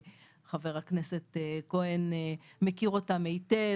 חבר הכנסת כהן מכיר אותם היטב.